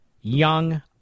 Young